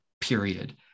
period